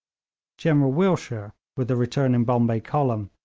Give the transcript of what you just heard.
general willshire, with the returning bombay column,